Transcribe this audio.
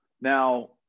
Now